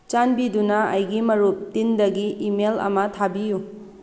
ꯆꯥꯟꯕꯤꯗꯨꯅ ꯑꯩꯒꯤ ꯃꯔꯨꯞ ꯇꯤꯟꯗꯒꯤ ꯏꯃꯦꯜ ꯑꯃ ꯊꯥꯕꯤꯌꯨ